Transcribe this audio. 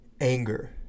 anger